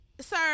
sir